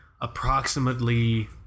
approximately